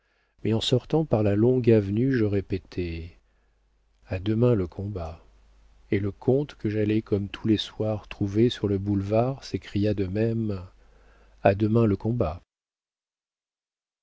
mais en sortant par la longue avenue je répétai a demain le combat et le comte que j'allai comme tous les soirs trouver sur le boulevard s'écria de même a demain le combat